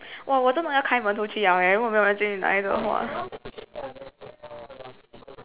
!wah! 我真的要开门出去了 leh 如果没有人进来的活